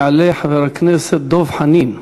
יעלה חבר הכנסת דב חנין.